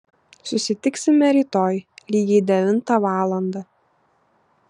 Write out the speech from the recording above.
susitiksime rytoj lygiai devintą valandą